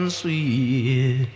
sweet